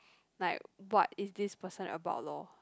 like what is this person about lor